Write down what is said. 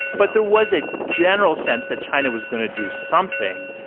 but there was a general sense that china was going to do something.